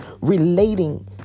Relating